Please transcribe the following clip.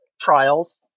trials